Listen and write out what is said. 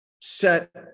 set